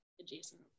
adjacent